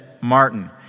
Martin